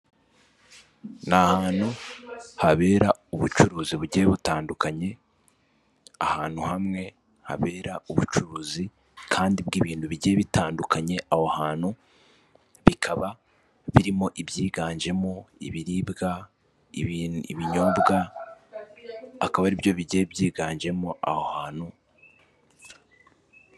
Ni ahantu habera ubucuruzi bugiye butandukanye, ahantu hamwe habera ubucuruzi kandi bw'ibintu bigiye bitandukanye, aho hantu bikaba birimo ibyiganjemo ibiribwa, ibinyobwa, akaba ari byo bigiye byiganjemo aho hantu.